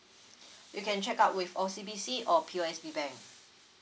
you can check out with O_C_B_C or P_O_S_B bank